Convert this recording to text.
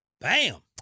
bam